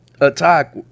attack